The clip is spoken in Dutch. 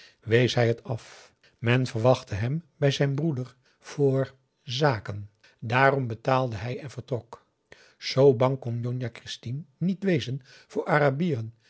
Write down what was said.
wees hij het af men verwachtte hem bij zijn broeder voor zaken daarom betaalde hij en vertrok zoo bang kon njonjah kerstien niet wezen voor arabieren